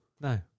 No